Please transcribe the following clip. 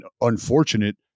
unfortunate